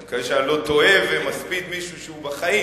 אני מקווה שאני לא טועה ומספיד מישהו שהוא בחיים.